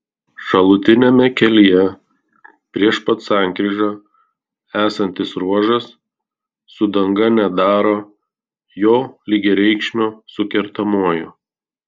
šalutiniame kelyje prieš pat sankryžą esantis ruožas su danga nedaro jo lygiareikšmio su kertamuoju